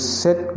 set